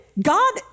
god